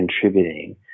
contributing